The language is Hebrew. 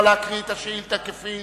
נא לקרוא את השאילתא כפי